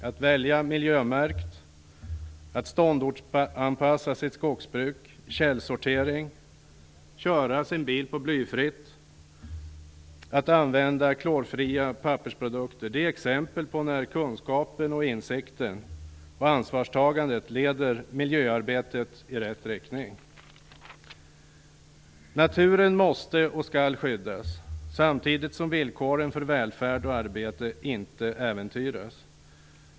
Att välja miljömärkt, att ståndortsanpassa sitt skogsbruk, att källsortera, att köra sin bil på blyfritt och att använda klorfria pappersprodukter är exempel på när kunskapen, insikten och ansvarstagandet leder miljöarbetet i rätt riktning. Naturen måste och skall skyddas, samtidigt som villkoren för välfärd och arbete inte äventyras.